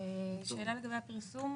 שאלה לגבי הפרסום.